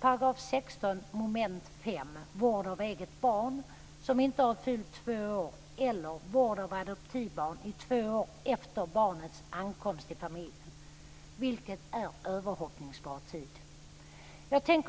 Jag tänker